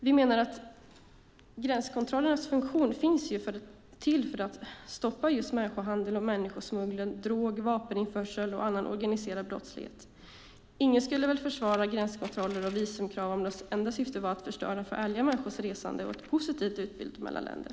Vi menar att gränskontrollerna är till för att stoppa just människohandel, människosmuggling, drog och vapeninförsel samt annan organiserad brottslighet. Ingen skulle väl försvara gränskontroller och visumkrav om enda syftet med dessa var att förstöra för ärliga människors resande och för ett positivt utbyte mellan länder.